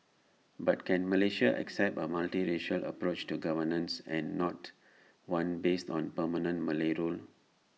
but can Malaysia accept A multiracial approach to governance and not one based on permanent Malay rule